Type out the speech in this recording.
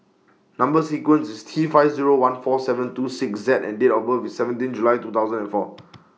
Number sequence IS T five Zero one four seven two six Z and Date of birth IS seventeen July two thousand and four